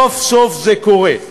סוף-סוף זה קורה,